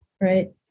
right